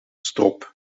strop